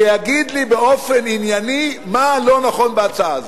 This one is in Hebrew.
שיגיד לי באופן ענייני מה לא נכון בהצעה הזאת.